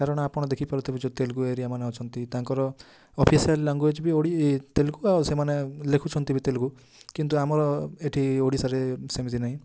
କାରଣ ଆପଣ ଦେଖିପାରୁଥିବେ ଯେଉଁ ତେଲୁଗୁ ଏରିଆ ମାନ ଅଛନ୍ତି ତାଙ୍କର ଅଫିସିଆଲ୍ ଲାଙ୍ଗୁଏଜ୍ ବି ଏ ତେଲୁଗୁ ଆଉ ସେମାନେ ଲେଖୁଛନ୍ତି ବି ତେଲୁଗୁ କିନ୍ତୁ ଆମର ଏଠି ଓଡ଼ିଶାରେ ସେମିତି ନାହିଁ